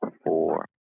Four